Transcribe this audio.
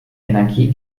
energie